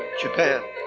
Japan